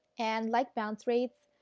and like bounce rate,